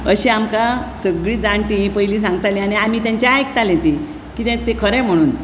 अशीं आमकां सगळीं जाणटीं ही पयलीं सांगतालीं आनी आमी तांचे आयकतालीं ते कित्याक तें खरें म्हणून